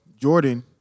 Jordan